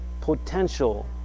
potential